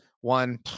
One